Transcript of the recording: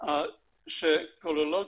שכוללות